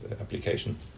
application